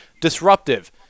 Disruptive